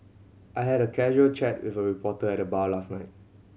I had a casual chat with a reporter at the bar last night